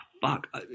fuck